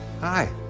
hi